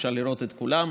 אפשר לראות את כולן.